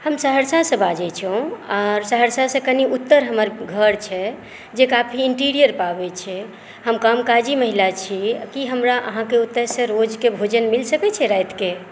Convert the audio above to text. हम सहरसासँ बाजै छी आर सहरसासँ कनी उत्तर हमर घर छै जे काफी इंटीरियर पाबै छै हम कामकाजी महिला छी की हमरा आहाँके ओतऽ से रोजके भोजन मिल सकै छै रातिके